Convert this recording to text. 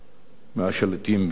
מהשליטים בסוריה,